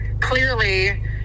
clearly